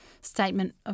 statement